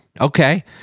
Okay